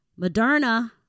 Moderna